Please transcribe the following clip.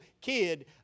kid